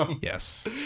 yes